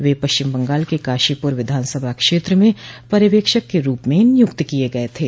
वह पश्चिम बंगाल के काशीपुर विधानसभा क्षेत्र में पर्यवक्षक के रूप में नियुक्त किये गए थे